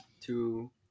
two